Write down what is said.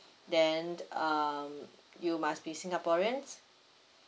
then um you must be singaporeans